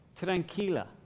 Tranquila